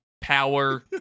power